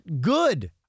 good